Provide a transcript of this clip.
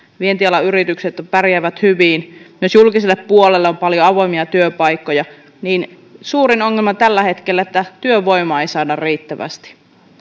vientialan yritykset pärjäävät hyvin ja myös julkisella puolella on paljon avoimia työpaikkoja niin suurin ongelma tällä hetkellä on että työvoimaa ei saada riittävästi